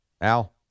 Al